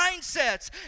mindsets